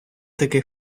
таки